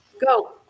Go